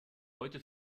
heute